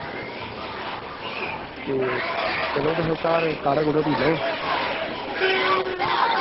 ते चलो तुस घर काढ़ा कुढ़ा पी लैओ